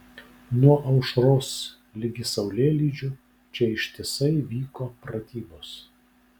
nuo aušros ligi saulėlydžio čia ištisai vyko pratybos